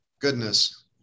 goodness